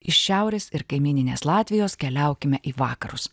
iš šiaurės ir kaimyninės latvijos keliaukime į vakarus